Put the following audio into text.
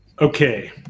Okay